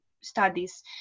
studies